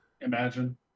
Imagine